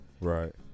Right